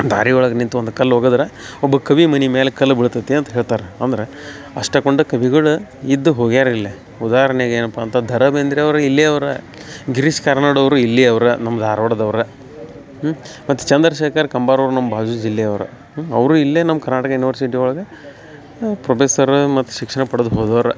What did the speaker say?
ದಾರಿ ಒಳಗೆ ನಿಂತ್ಕೊಂಡ್ ಕಲ್ಲು ಒಗದ್ರೆ ಒಬ್ಬ ಕವಿ ಮನೆ ಮ್ಯಾಲೆ ಕಲ್ಲು ಬೀಳ್ತತಿ ಅಂತ ಹೇಳ್ತಾರೆ ಅಂದ್ರೆ ಅಷ್ಟು ಕೊಂಡ ಕವಿಗಳು ಇದ್ದು ಹೋಗ್ಯಾರೆ ಇಲ್ಲಿ ಉದಾಹರ್ಣೆಗ್ ಏನಪ್ಪಾ ಅಂತ ದ ರಾ ಬೇಂದ್ರೆ ಅವ್ರು ಇಲ್ಲಿಯವ್ರೇ ಗಿರೀಶ್ ಕಾರ್ನಾಡ್ ಅವರೂ ಇಲ್ಲಿಯವ್ರೇ ನಮ್ಮ ಧಾರ್ವಾಡದವ್ರೇ ಮತ್ತು ಚಂದ್ರಶೇಖರ್ ಕಂಬಾರ್ ಅವ್ರು ನಮ್ಮ ಬಾಜು ಜಿಲ್ಲೆಯವ್ರು ಅವರೂ ಇಲ್ಲೇ ನಮ್ಮ ಕರ್ನಾಟಕ ಯುನಿವರ್ಸಿಟಿ ಒಳಗೆ ಪ್ರೊಪೆಸರ ಮತ್ತು ಶಿಕ್ಷಣ ಪಡ್ದು ಹೋದವ್ರೇ